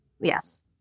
yes